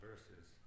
Verses